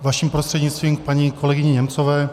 Vaším prostřednictvím k paní kolegyni Němcové.